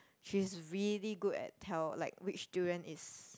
she's really good at tell like which durian is